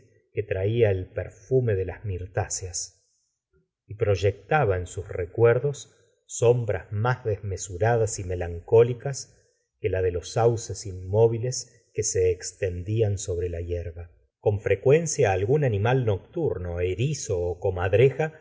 que traia el perfume de las mirtáceas y proyectaba en sus recuerdos sombras más desmesuradas y melancólicas que las de los sáuces inmóviles que se estendian sobre la hierba con frecuencia algún animal nocturno erizo ó comadreja